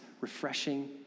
refreshing